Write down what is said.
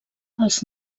els